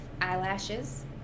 eyelashes